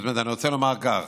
זאת אומרת, אני רוצה לומר כך: